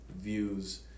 Views